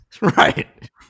Right